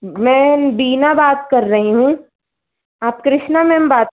मैं बीना बात कर रही हूँ आप कृष्णा मैम बात